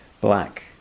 black